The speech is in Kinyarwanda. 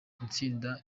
itsinda